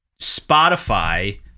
Spotify